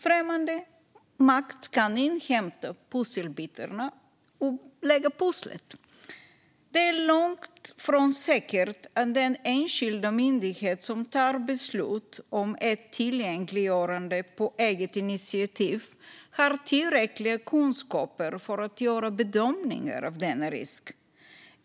Främmande makt kan inhämta pusselbitarna och lägga pusslet. Det är långt ifrån säkert att den enskilda myndighet som fattar beslut om ett tillgängliggörande på eget initiativ har tillräckliga kunskaper för att göra bedömningar av denna risk.